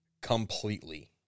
completely